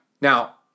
Now